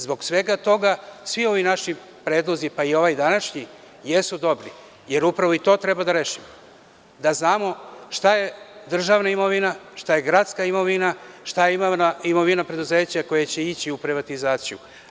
Zbog svega toga, svi ovi naši predlozi, pa i ovaj današnji, jesu dobri, jer upravo i to treba da rešimo, da znamo šta je državna imovina, šta je gradska imovina, šta je imovina preduzeća koja će ići u privatizaciju.